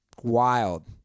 Wild